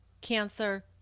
Cancer